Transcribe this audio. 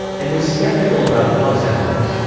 and was sceptical about kaas' efforts.